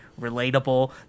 relatable